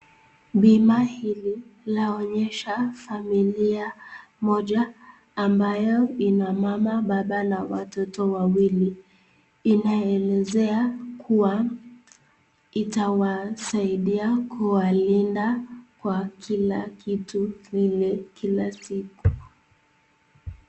Bima hili laonyesha familia moja ambayo ina mama, baba na watoto wawili inawaelezea kuwa itawasaidia kuwalinda kwa kila kitu kila siku